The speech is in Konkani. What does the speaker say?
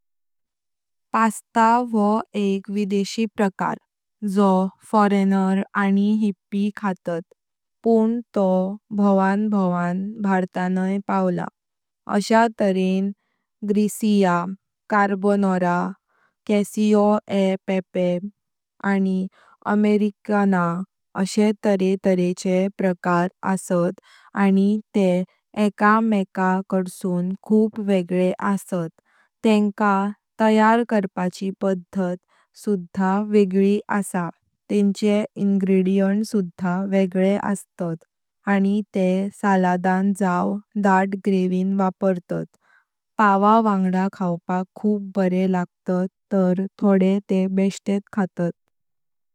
पास्ता वोह एक विदेशी प्रकार जो फॉरेन आनी हिप्पी खातात पण तो भोवन भोवन भारतनाय पावलो अश्या तऱ्हण gricia, carbonara, cacio e pepe, आनी अमाट्रिसियाना असे तऱ्हे तऱ्हेचे प्रकार असत आनी ते एका मेका काढसून खूप वेगळे असत। तेंका तयार करपाची पद्धत सुधा वेगळी आसा तेंचे इनग्रीडियंट्स सुधा दुसरे अस्तात आनी ते सालादान जाव दात ग्रेव्हीन वापरतात। पाव वांगा खाऊपाक खूप बरे लागतत तर थोड़े ते बेस्टेत खातात।